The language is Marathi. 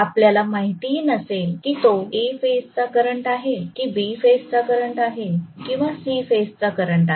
आपल्याला माहितीही नसेल की तो A फेजचा करंट आहे की B फेजचा करंट आहे किंवा C फेज चा करंट आहे